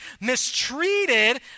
mistreated